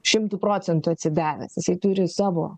šimtu procentų atsidavęs jisai turi savo